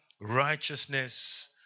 Righteousness